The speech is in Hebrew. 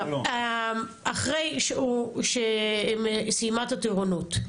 אחרי שהיא סיימה את הטירונות,